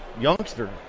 youngster